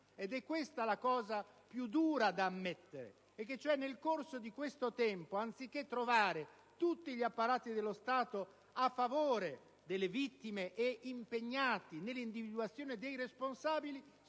È questa la cosa più dura da ammettere, cioè che nel corso di questo tempo, anziché trovare tutti gli apparati dello Stato a favore delle vittime e impegnati nell'individuazione dei responsabili,